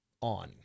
On